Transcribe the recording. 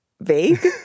vague